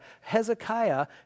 hezekiah